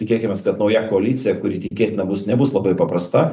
tikėkimės kad nauja koalicija kuri tikėtina bus nebus labai paprasta